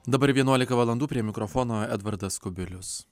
dabar vienuolika valandų prie mikrofono edvardas kubilius